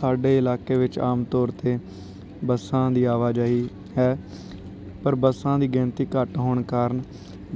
ਸਾਡੇ ਇਲਾਕੇ ਵਿੱਚ ਆਮ ਤੌਰ 'ਤੇ ਬੱਸਾਂ ਦੀ ਆਵਾਜਾਈ ਹੈ ਪਰ ਬੱਸਾਂ ਦੀ ਗਿਣਤੀ ਘੱਟ ਹੋਣ ਕਾਰਨ